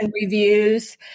reviews